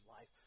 life